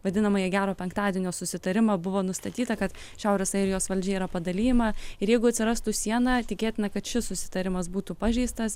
vadinamąjį gero penktadienio susitarimą buvo nustatyta kad šiaurės airijos valdžia yra padalijama ir jeigu atsirastų siena tikėtina kad šis susitarimas būtų pažeistas